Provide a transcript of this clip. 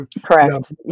Correct